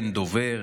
אין דובר,